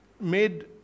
made